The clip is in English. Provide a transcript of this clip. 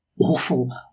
awful